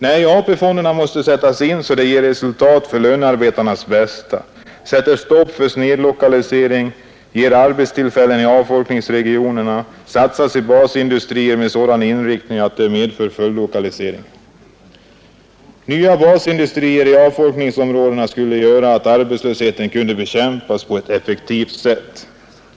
Nej, AP-fonderna måste sättas in så att det ger resultat för lönearbetarnas bästa, sätter stopp för snedlokaliseringen, ger arbetstillfällen i avfolkningsregionerna och satsas i basindustrier med sådan inriktning att det medför följdlokaliseringar. Nya basindustrier i avfolkningsområdena skulle göra att arbetslösheten kunde bekämpas på ett effektivt sätt.